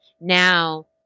Now